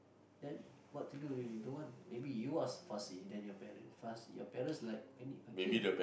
then what to do if you don't want maybe you are so fussy then your parents fuss your parents like any okay